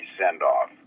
send-off